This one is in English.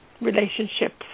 relationships